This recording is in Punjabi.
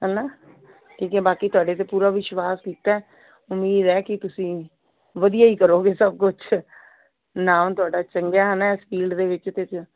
ਹੈ ਨਾ ਠੀਕ ਹੈ ਬਾਕੀ ਤੁਹਾਡੇ 'ਤੇ ਪੂਰਾ ਵਿਸ਼ਵਾਸ ਕੀਤਾ ਉਮੀਦ ਹੈ ਕਿ ਤੁਸੀਂ ਵਧੀਆ ਹੀ ਕਰੋਗੇ ਸਭ ਕੁਛ ਨਾਮ ਤੁਹਾਡਾ ਚੰਗਾ ਹੈ ਨਾ ਇਸ ਫੀਲਡ ਦੇ ਵਿੱਚ ਦੇ ਵਿੱਚ